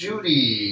Judy